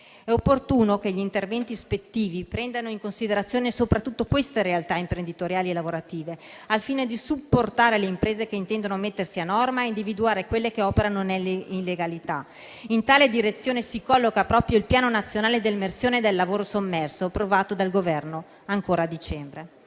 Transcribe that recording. È opportuno che gli interventi ispettivi prendano in considerazione soprattutto queste realtà imprenditoriali e lavorative al fine di supportare le imprese che intendono mettersi a norma e individuare quelle che operano nell'illegalità. In tale direzione si colloca proprio il piano nazionale per l'emersione del lavoro sommerso, approvato dal Governo a dicembre.